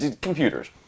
computers